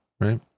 right